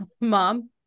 Mom